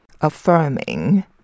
affirming